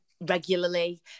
regularly